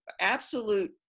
absolute